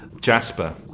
Jasper